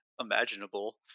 imaginable